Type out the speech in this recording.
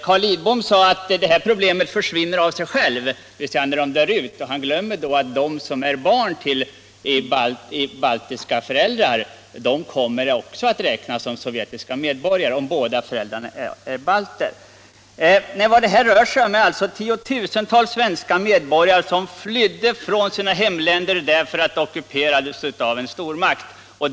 Carl Lidbom sade att problemet kommer att försvinna av sig självt —- dvs. när vederbörande personer dör - men han glömde då att också barnen till baltiska föräldrar kommer att räknas som sovjetiska medborgare om båda föräldrarna är balter. Vad det rör sig om är alltså att tiotusentals svenska medborgare tidigare flydde från sina hemländer därför att dessa ockuperades av en stormakt.